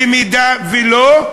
במידה שלא,